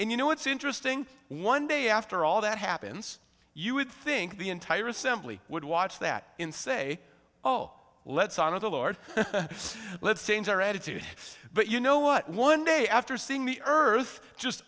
and you know it's interesting one day after all that happens you would think the entire assembly would watch that in say oh let's honor the lord let's say in their attitude but you know what one day after seeing the earth just